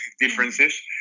differences